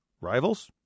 Rivals